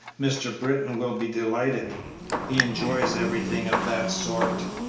mr. britton will be delighted he enjoys everything of that sort.